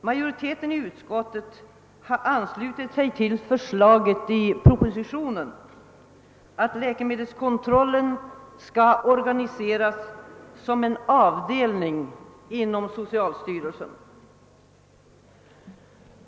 Majoriteten i utskottet har anslutit sig till förslaget i propositionen, att läkemedelskontrollen skall organiseras som en avdelning inom socialstyrelsen.